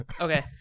okay